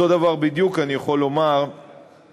אותו דבר בדיוק אני יכול לומר לגבי